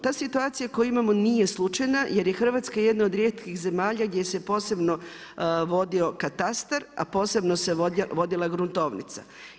Ta situacija koju imamo nije slučajna jer je Hrvatska jedna od rijetkih zemalja gdje se posebno vodio katastar a posebno se vodila gruntovnica.